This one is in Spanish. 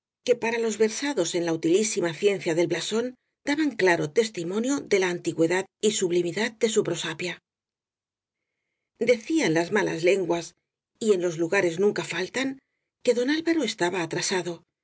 que para los versados en la útilísima ciencia del blasón daban claro testimo nio de la antigüedad y sublimidad de su prosapia decían las malas lenguas y en los lugares nun ca faltan que don alvaro estaba atrasado